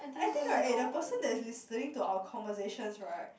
I think right eh the person that is listening to our conversations right